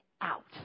out